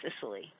Sicily